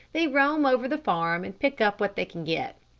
they roam over the farm and pick up what they can get.